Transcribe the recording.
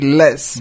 less